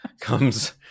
comes